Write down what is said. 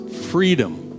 freedom